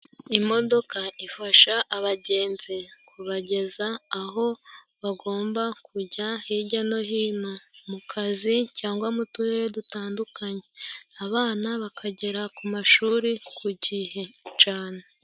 Imodoka ifasha abagenzi kubageza aho bagomba kujya hijya no hino mukazi, cyangwa muturere dutandukanye, abana bakagera ku mashuri ku gihe cane.